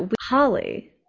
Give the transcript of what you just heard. Holly